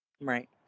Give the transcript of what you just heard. right